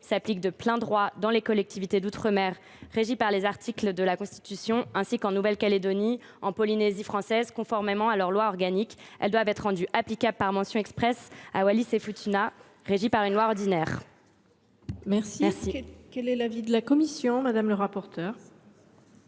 s’appliquent de plein droit dans les collectivités d’outre mer régies par les articles 73 et 74 de la Constitution, ainsi qu’en Nouvelle Calédonie et en Polynésie française, conformément à leur loi organique, elles doivent être rendues applicables par mention expresse à la collectivité de Wallis et Futuna, régie par une loi ordinaire. Quel est l’avis de la commission ? Je rappelle